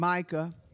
Micah